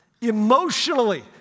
emotionally